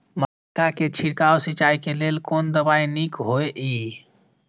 मक्का के छिड़काव सिंचाई के लेल कोन दवाई नीक होय इय?